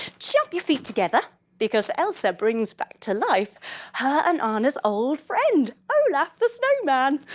jump your feet together because elsa brings back to life her and anna's old friend, olaf the snowman!